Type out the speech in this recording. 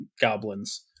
goblins